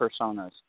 personas